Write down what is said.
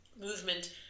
movement